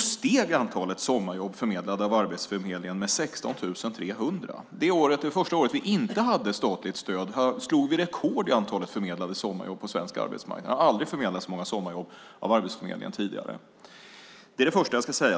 steg antalet sommarjobb förmedlade av Arbetsförmedlingen med 16 300. Det första året vi inte hade statligt stöd slog vi rekord i antalet förmedlade sommarjobb på svensk arbetsmarknad. Det har aldrig förmedlats så många sommarjobb av Arbetsförmedlingen tidigare. Där det första jag ska säga.